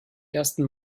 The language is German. ersten